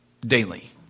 daily